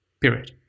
Period